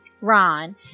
Ron